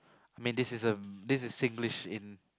I mean this is a this is Singlish in